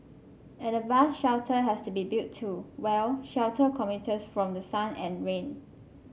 and a bus shelter has to be built to well shelter commuters from the sun and rain